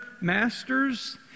masters